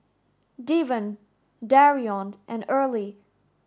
Deven Darion and Earley